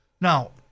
Now